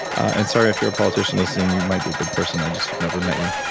and sorry if you're a politician listening, you might be a good person, i just have never met you.